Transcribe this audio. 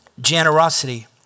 generosity